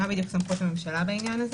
מה סמכות הממשלה בעניין.